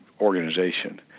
organization